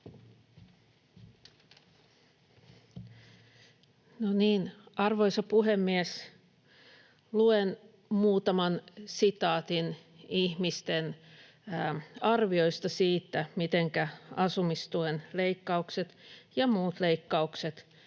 Arvoisa puhemies! Luen muutaman sitaatin ihmisten arvioista siitä, mitenkä asumistuen leikkaukset ja muut leikkaukset